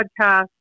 podcast